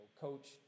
coach